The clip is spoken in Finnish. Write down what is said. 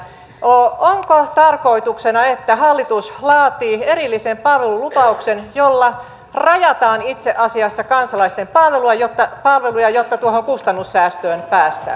onko tarkoituksena että hallitus laatii erillisen palvelulupauksen jolla itse asiassa rajataan kansalaisten palveluja jotta tuohon kustannussäästöön päästään